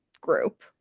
group